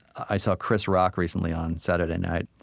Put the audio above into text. i saw chris rock recently on saturday night